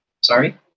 Sorry